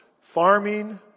farming